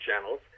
channels